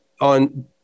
on